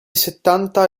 settanta